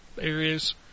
areas